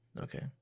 Okay